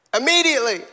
Immediately